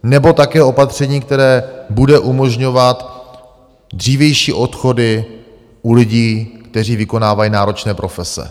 Nebo také opatření, které bude umožňovat dřívější odchody u lidí, kteří vykonávají náročné profese.